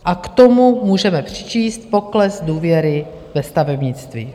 A k tomu můžeme přičíst pokles důvěry ve stavebnictví.